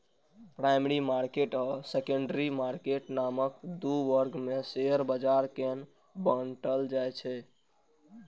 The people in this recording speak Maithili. प्राइमरी मार्केट आ सेकेंडरी मार्केट नामक दू वर्ग मे शेयर बाजार कें बांटल जाइ छै